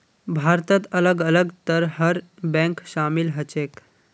भारतत अलग अलग तरहर बैंक शामिल ह छेक